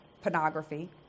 Pornography